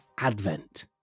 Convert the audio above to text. advent